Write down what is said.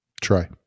try